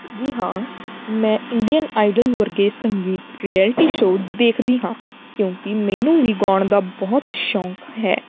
ਜੀ ਹਾਂ ਮੈਂ ਇੰਡੀਅਨ ਆਈਡਲ ਵਰਕੇ ਸੰਗੀਤ ਰਿਐਲਟੀ ਸ਼ੋ ਦੇਖਦੀ ਹਾਂ ਕਿਉਂਕਿ ਮੈਨੂੰ ਵੀ ਗਾਉਣ ਦਾ ਬਹੁਤ ਸ਼ੌਂਕ ਹੈ